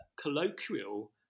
colloquial